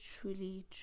truly